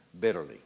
bitterly